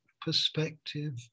perspective